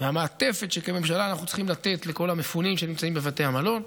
והמעטפת שכממשלה אנחנו צריכים לתת לכל המפונים שנמצאים בבתי המלון,